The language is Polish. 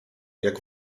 jak